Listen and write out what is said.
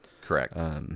Correct